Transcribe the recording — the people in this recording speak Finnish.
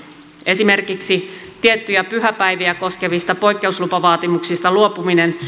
esimerkiksi tiettyjä pyhäpäiviä koskevista poikkeavista poikkeuslupavaatimuksista luopuminen